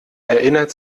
erinnert